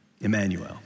Emmanuel